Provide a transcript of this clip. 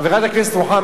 חברת הכנסת רוחמה,